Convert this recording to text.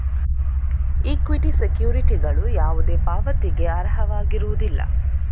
equity ಸೆಕ್ಯುರಿಟಿಗಳು ಯಾವುದೇ ಪಾವತಿಗೆ ಅರ್ಹವಾಗಿರುವುದಿಲ್ಲ